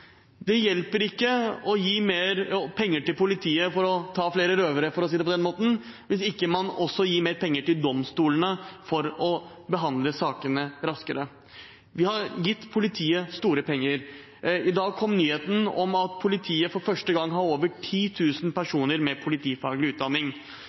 Det hjelper ikke å gi mer penger til politiet for å ta flere røvere, for å si det på den måten, hvis man ikke også gir mer penger til domstolene for å behandle sakene raskere. Vi har gitt politiet store penger. I dag kom nyheten om at politiet for første gang har over